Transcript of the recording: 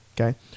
okay